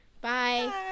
Bye